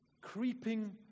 creeping